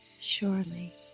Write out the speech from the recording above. Surely